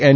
N